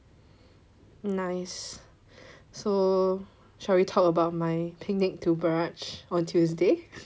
nice so shall we talk about my picnic to Barrage on Tuesday